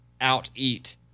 out-eat